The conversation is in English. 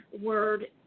word